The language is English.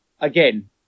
again